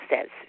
says